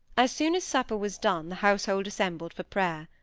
as soon as supper was done the household assembled for prayer.